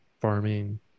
farming